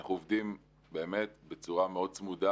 ואנחנו עובדים בצורה מאוד צמודה